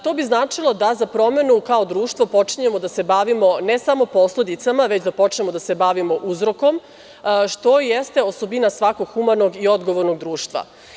To bi značilo da, za promenu, kao društvo počinjemo da se bavimo ne samo posledica, već da počnemo da se bavimo uzrokom, što jeste osobina svakog humanog i odgovornog društva.